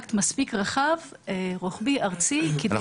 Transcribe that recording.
והשפעה מספיק רחבה רוחבית וארצית --- אני